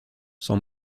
s’en